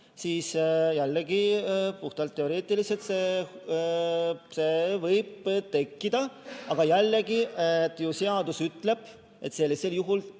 siis puhtalt teoreetiliselt see võib tekkida, aga jällegi, seadus ütleb, et sellisel juhul